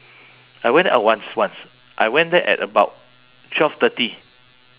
I went uh once once I went there at about twelve thirty